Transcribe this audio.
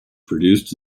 produced